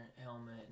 helmet